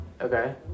Okay